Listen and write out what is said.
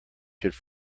should